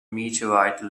meteorite